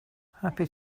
happy